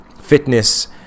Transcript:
fitness